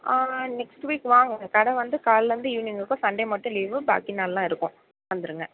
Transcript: next week வாங்க கடை வந்து காலைலருந்து ஈவினிங் இருக்கும் சண்டே மட்டும் லீவு பாக்கி நாளெலாம் இருக்கும் வந்திருங்க